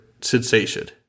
sensation